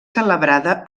celebrada